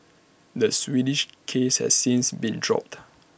the Swedish case has since been dropped